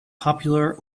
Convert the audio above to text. popular